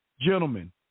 Gentlemen